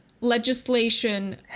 Legislation